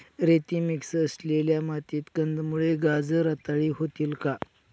रेती मिक्स असलेल्या मातीत कंदमुळे, गाजर रताळी होतील का?